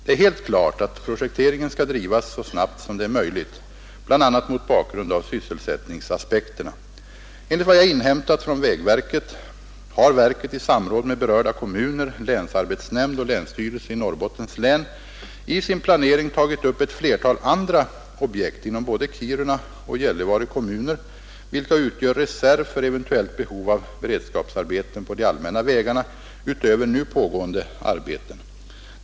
Det är helt klart att projekteringen skall drivas så snabbt som det är möjligt, bl.a. mot bakgrund av sysselsättningsaspekterna. Enligt vad jag inhämtat från vägverket har verket i samråd med berörda kommuner, länsarbetsnämnd och länsstyrelsen i Norrbottens län i sin planering tagit upp ett flertal andra objekt inom både Kiruna och Gällivare kommuner, vilka utgör reserv för eventuellt behov av beredskapsarbeten på de allmänna vägarna utöver nu pågående arbeten.